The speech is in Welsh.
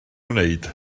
wneud